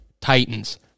Titans